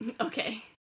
Okay